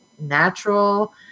natural